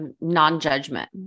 non-judgment